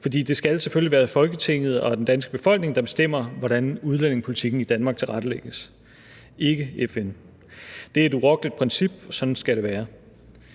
for det skal selvfølgelig være Folketinget og den danske befolkning, der bestemmer, hvordan udlændingepolitikken i Danmark tilrettelægges, ikke FN. Det er et urokkeligt princip; sådan skal det være.